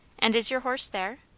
and is your horse there?